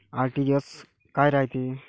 RTGS काय रायते?